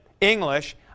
English